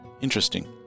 Interesting